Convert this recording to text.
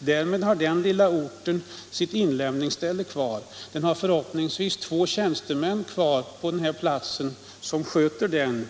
Därmed har den lilla orten sitt inlämningsställe kvar, och den har förhoppningsvis också två tjänstemän kvar på platsen som sköter detta.